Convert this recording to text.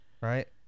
right